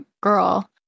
girl